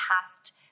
past